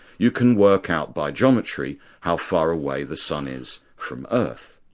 you can work out by geometry how far away the sun is from earth.